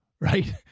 Right